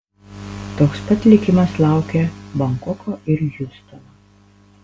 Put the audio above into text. toks pat likimas laukia bankoko ir hjustono